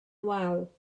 wal